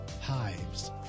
hives